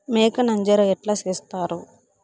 మేక నంజర ఎట్లా సేస్తారు?